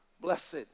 Blessed